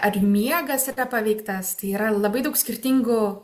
ar miegas yra paveiktas tai yra labai daug skirtingų